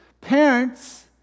Parents